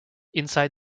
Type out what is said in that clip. inside